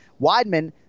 Weidman